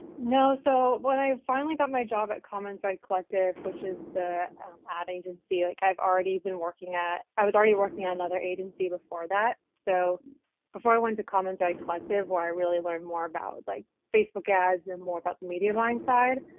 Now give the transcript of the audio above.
no, so when i finally got my job at common thread collective which is the ad agency like i've already been working at. i was already working on another agency before that. so before i went to common thread collective where i really learned more about like facebook ads and more about the media buying side,